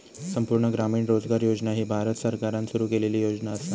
संपूर्ण ग्रामीण रोजगार योजना ही भारत सरकारान सुरू केलेली योजना असा